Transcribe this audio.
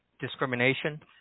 discrimination